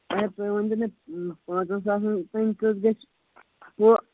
اچھا تُہۍ ؤنتو مےٚ پاںٛژَن ساسَن تانۍ کٔژ گَژھِ ہُہ